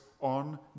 on